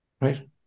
right